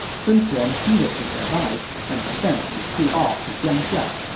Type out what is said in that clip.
sun quan heeded his advice and sent lu su off to jiangxia